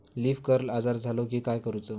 Leaf curl आजार झालो की काय करूच?